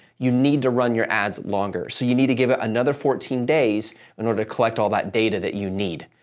you need to run your ads longer. so, you need to give it another fourteen days in order to collect all that data that you need.